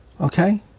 okay